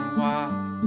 wild